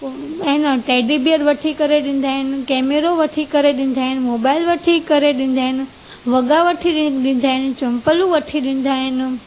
पोइ एन teddy bear वठी करे ॾींदा आहिनि केमेरो वठी करे ॾींदा आहिनि मोबाइल वठी करे ॾींदा आहिनि वॻा वठी ॾि ॾींदा आहिनि चोंपलूं वठी ॾींदा आहिनि